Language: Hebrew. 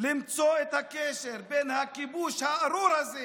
למצוא את הקשר בין הכיבוש הארור הזה